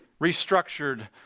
restructured